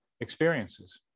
Experiences